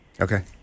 Okay